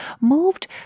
moved